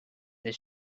this